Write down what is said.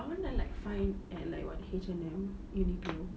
I want to like find like what H&M uniqlo